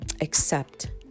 accept